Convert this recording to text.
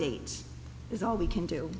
date is all we can do